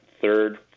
third